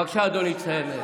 בבקשה, אדוני, תסכם.